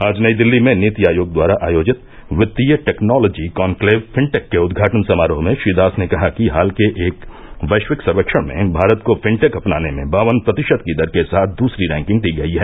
आज नई दिल्ली में नीति आयोग द्वारा आयोजित वित्तीय टैक्नोलॉजी कॉनक्लेव फिनटेक के उद्घाटन समारोह में श्री दास ने कहा कि हाल के एक वैश्विक सर्वेक्षण में भारत को फिनटेक अपनाने में बावन प्रतिशत की दर के साथ दूसरी रैंकिंग दी गई है